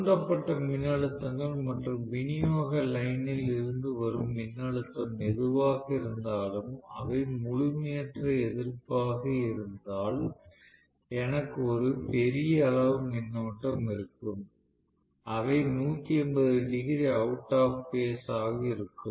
தூண்டப்பட்ட மின்னழுத்தங்கள் மற்றும் விநியோக லைன் ல் இருந்து வரும் மின்னழுத்தம் எதுவாக இருந்தாலும் அவை முழுமையற்ற எதிர்ப்பாக இருந்தால் எனக்கு ஒரு பெரிய அளவு மின்னோட்டம் இருக்கும் அவை 180 டிகிரி அவுட் ஆப் பேஸ் ஆக இருக்கும்